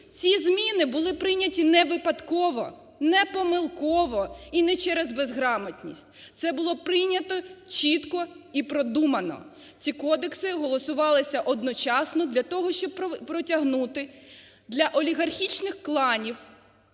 Ці зміни були прийняті невипадково, непомилково і не через безграмотність, це було прийнято чітко і продумано. Ці кодекси голосувалися одночасно для того, щоб протягнути для олігархічних кланів